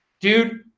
dude